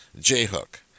J-hook